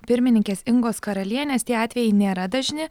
pirmininkės ingos karalienės tie atvejai nėra dažni